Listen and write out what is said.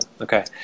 okay